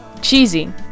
Cheesy